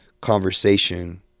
conversation